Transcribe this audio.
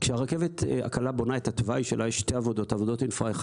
כשהרכבת הקלה בונה את התוואי שלה יש שתי עבודות: עבודות אינפרה 1